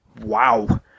wow